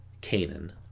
Canaan